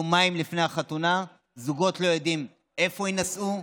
יומיים לפני החתונה זוגות לא יודעים איפה יינשאו.